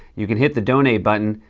you can hit the donate button.